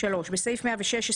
בסעיף 116,